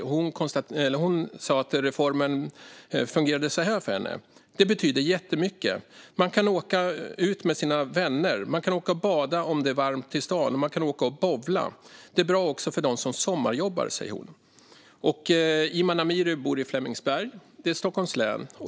Hon sa så här till tidningen Mitt i om hur reformen fungerade för henne: "Det betyder jättemycket. Man kan åka ut med sina vänner, åka och bada om det är varmt, till stan, åka och bowla. Det är bra också för dem som sommarjobbar." Iman Amiri bor i Flemingsberg, som ligger i Stockholms län.